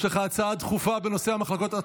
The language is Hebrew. יש לך הצעה דחופה בנושא המחלקות הפנימיות.